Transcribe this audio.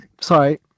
sorry